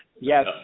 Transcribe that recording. Yes